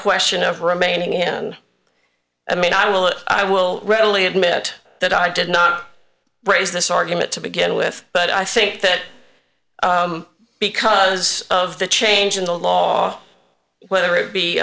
question of remaining and i mean i will i will readily admit that i did not raise this argument to begin with but i think that because of the change in the law whether it be